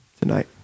tonight